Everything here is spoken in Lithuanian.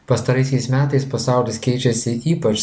pastaraisiais metais pasaulis keičiasi ypač